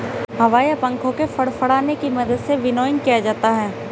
हवा या पंखों के फड़फड़ाने की मदद से विनोइंग किया जाता है